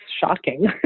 shocking